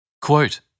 Quote